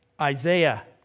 Isaiah